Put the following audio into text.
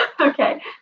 Okay